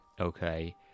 Okay